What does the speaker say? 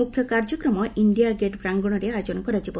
ମୁଖ୍ୟ କାର୍ଯ୍ୟକ୍ରମ India Gate ପ୍ରାଙ୍ଗଣରେ ଆୟୋଜନ କରାଯିବ